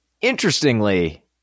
interestingly